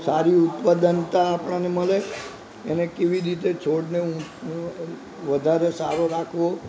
સારી ઉત્પાદનતા આપણને મળે અને કેવી રીતે છોડને આપણે વધારે સારો રાખવો